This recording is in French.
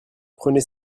prenez